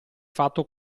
fatto